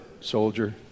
soldier